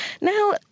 Now